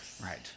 Right